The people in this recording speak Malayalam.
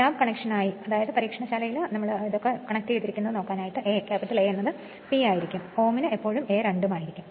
ലാബ് കണക്ഷനായി A എന്നത് P ആയിരിക്കും omന് A എപ്പോഴും 2 ആയിരിക്കും